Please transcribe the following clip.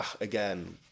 again